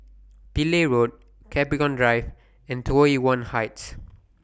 Pillai Road Capricorn Drive and Tai Yuan Heights